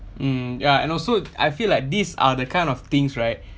mm yeah and also I feel like these are the kind of things right